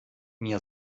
mir